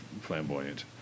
flamboyant